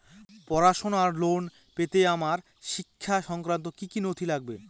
পড়াশুনোর লোন পেতে আমার শিক্ষা সংক্রান্ত কি কি নথি লাগবে?